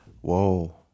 Whoa